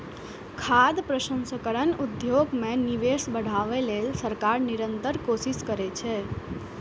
खाद्य प्रसंस्करण उद्योग मे निवेश बढ़ाबै लेल सरकार निरंतर कोशिश करै छै